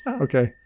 Okay